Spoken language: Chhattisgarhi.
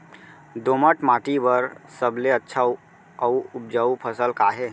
दोमट माटी बर सबले अच्छा अऊ उपजाऊ फसल का हे?